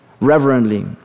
reverently